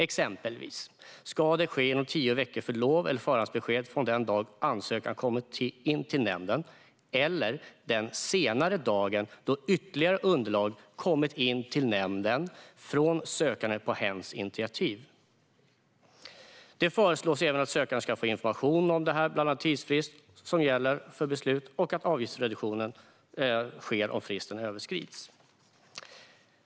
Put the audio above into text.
Exempelvis ska detta ske inom tio veckor för lov eller förhandsbesked från den dag ansökan kom in till nämnden eller den senare dagen då ytterligare underlag kom in till nämnden från sökanden på hens initiativ. Det föreslås även att sökanden ska få information om bland annat den tidsfrist som gäller för beslut och att avgiftsreduktion sker om fristen överskrids.